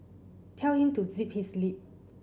tell him to zip his lip